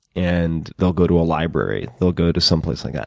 and they'll go to a library, they'll go to someplace like that.